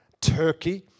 Turkey